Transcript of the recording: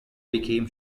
became